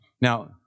Now